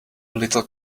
little